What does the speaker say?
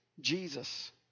Jesus